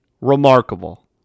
Remarkable